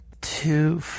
Two